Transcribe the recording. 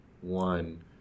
one